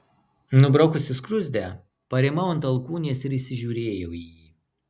nubraukusi skruzdę parimau ant alkūnės ir įsižiūrėjau į jį